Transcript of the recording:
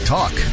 Talk